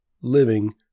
living